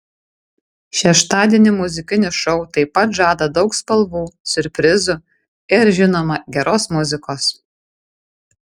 šeštadienį muzikinis šou taip pat žada daug spalvų siurprizų ir žinoma geros muzikos